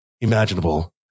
imaginable